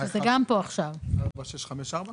גם פה יכול להיות שהוא רוצה